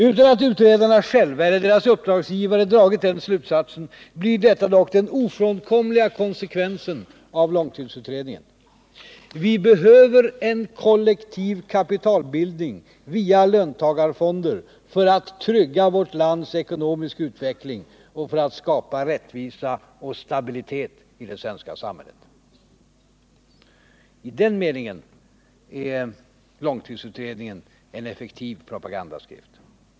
Utan att utredarna själva eller deras uppdragsgivare dragit den slutsatsen blir detta dock den ofrånkomliga konsekvensen av långtidsutredningen: Vi behöver en kollektiv kapitalbildning via löntagarfonder för att trygga vårt lands ekonomiska utveckling och för att skapa rättvisa och stabilitet i det svenska samhället. I den meningen är långtidsutredningen en effektiv propagandaskrift.